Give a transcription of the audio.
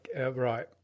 Right